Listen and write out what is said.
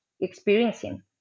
experiencing